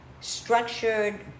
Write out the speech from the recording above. structured